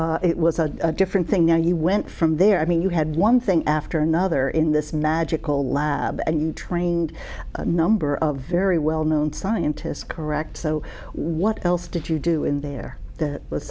so it was a different thing now you went from there i mean you had one thing after another in this magical lab and you trained a number of very well known scientists correct so what else did you do in there that